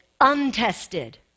untested